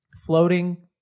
floating